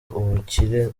ubukire